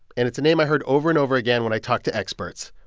and it's a name i heard over and over again when i talked to experts.